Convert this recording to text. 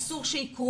אסור שהם יקרו.